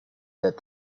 that